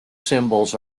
symbols